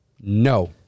No